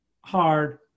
hard